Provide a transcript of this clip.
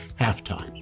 halftime